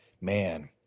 man